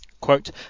Quote